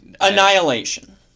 Annihilation